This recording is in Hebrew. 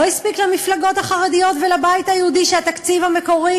לא הספיק למפלגות החרדיות ולבית היהודי שהתקציב המקורי